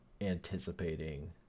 anticipating